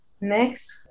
Next